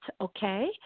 Okay